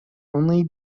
only